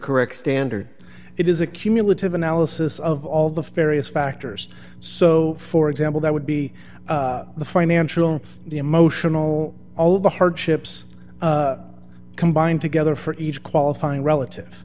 correct standard it is a cumulative analysis of all the ferias factors so for example that would be the financial the emotional all of the hardships combined together for each qualifying relative